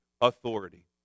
authority